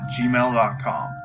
gmail.com